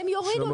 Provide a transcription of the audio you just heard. הם יורידו,